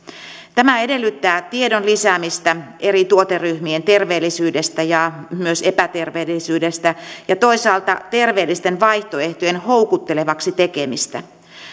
tämä edellyttää tiedon lisäämistä eri tuoteryhmien terveellisyydestä ja myös epäterveellisyydestä ja toisaalta terveellisten vaihtoehtojen houkuttelevaksi tekemistä